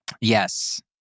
Yes